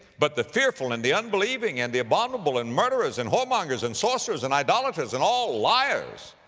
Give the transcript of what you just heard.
but the fearful, and the unbelieving, and the abominable, and murderers, and whoremongers, and sorcereres, and idolaters, and all liars,